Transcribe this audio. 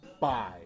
Bye